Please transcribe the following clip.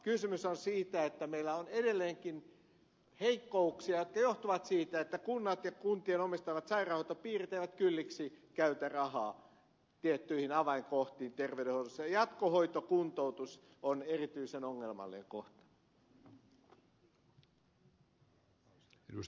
kysymys on siitä että meillä on edelleenkin heikkouksia jotka johtuvat siitä että kunnat ja kuntien omistamat sairaanhoitopiirit eivät kylliksi käytä rahaa tiettyihin avainkohtiin terveydenhoidossa ja jatkohoito kuntoutus on erityisen ongelmallinen kohta